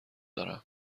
دارم